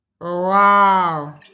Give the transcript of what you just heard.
Wow